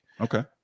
Okay